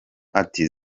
ati